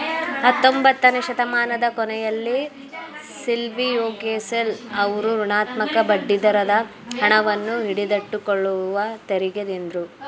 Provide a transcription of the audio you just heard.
ಹತ್ತೊಂಬತ್ತನೆ ಶತಮಾನದ ಕೊನೆಯಲ್ಲಿ ಸಿಲ್ವಿಯೋಗೆಸೆಲ್ ಅವ್ರು ಋಣಾತ್ಮಕ ಬಡ್ಡಿದರದ ಹಣವನ್ನು ಹಿಡಿದಿಟ್ಟುಕೊಳ್ಳುವ ತೆರಿಗೆ ಎಂದ್ರು